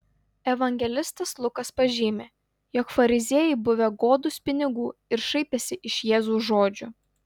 evangelistas lukas pažymi jog fariziejai buvę godūs pinigų ir šaipęsi iš jėzaus žodžių